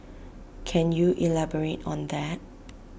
can you elaborate on that